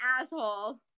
asshole